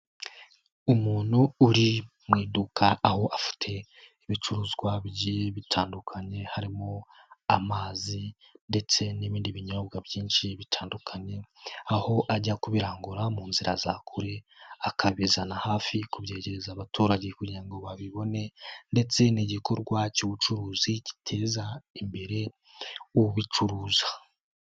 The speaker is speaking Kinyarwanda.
umuntu uri mu iduka aho afite ibicuruzwa bigiye bitandukanye, harimo amazi ndetse n'ibindi binyobwa byinshi bitandukanye, aho ajya kubirangura mu nzira za kure akabizana hafi kubyegereza abaturage kugira babibone, ndetse n'igikorwa cy'ubucuruzi giteza imbere ubucuruzi